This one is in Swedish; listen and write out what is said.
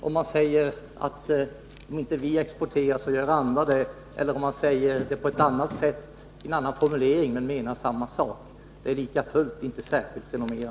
Att man säger att om inte vi exporterar, så gör andra det — eller att man formulerar det på ett annat sätt men menar samma sak — ger likafullt inget gott renommé.